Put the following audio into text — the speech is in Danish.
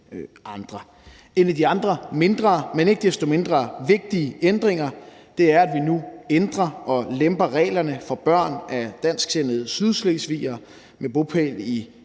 andre. En af de andre mindre, men ikke desto mindre vigtige ændringer er, at vi nu ændrer og lemper reglerne for børn af dansksindede sydslesvigere med bopæl i